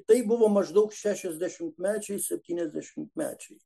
tai buvo maždaug šešiasdešimtmečiai septyniasdešimtmečiai